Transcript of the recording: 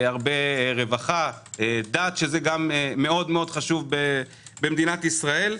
הרבה רווחה, דת שמאוד חשוב במדינת ישראל.